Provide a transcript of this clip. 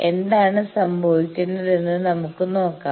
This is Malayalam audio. എന്താണ് സംഭവിക്കുന്നതെന്ന് നമുക്ക് നോക്കാം